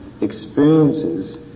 experiences